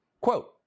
Quote